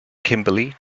kimberley